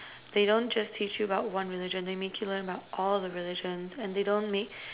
they don't just teach you about one religion they make you learn about all the religion and they don't mix